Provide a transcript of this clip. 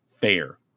fair